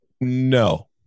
no